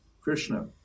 Krishna